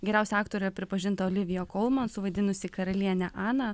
geriausia aktore pripažinta olivija kolman suvaidinusi karalienę aną